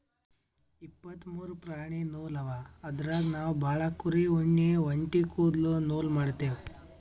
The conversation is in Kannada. ಇಪ್ಪತ್ತ್ ಮೂರು ಪ್ರಾಣಿ ನೂಲ್ ಅವ ಅದ್ರಾಗ್ ನಾವ್ ಭಾಳ್ ಕುರಿ ಉಣ್ಣಿ ಒಂಟಿ ಕುದಲ್ದು ನೂಲ್ ಮಾಡ್ತೀವಿ